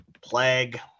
plague